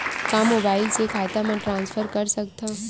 का मोबाइल से खाता म ट्रान्सफर कर सकथव?